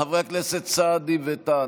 חברי הכנסת סעדי וטאהא,